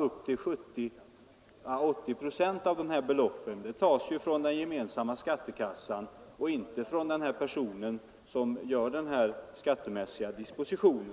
Upp till 70—80 procent av dessa belopp tas ur den gemensamma skattekassan och inte från den person som gör denna skattemässiga disposition.